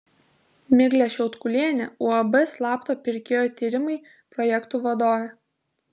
miglė šiautkulienė uab slapto pirkėjo tyrimai projektų vadovė